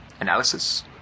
Analysis